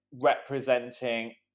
representing